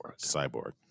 Cyborg